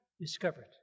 discovered